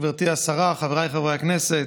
גברתי השרה, חבריי חברי הכנסת,